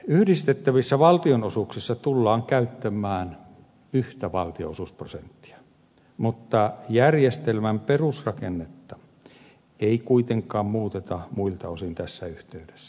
yhdistettävissä valtionosuuksissa tullaan käyttämään yhtä valtionosuusprosenttia mutta järjestelmän perusrakennetta ei kuitenkaan muuteta muilta osin tässä yhteydessä